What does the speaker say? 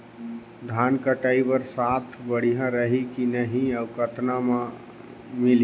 धान कटाई बर साथ बढ़िया रही की नहीं अउ कतना मे मिलही?